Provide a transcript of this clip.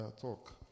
talk